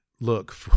look